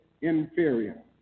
inferior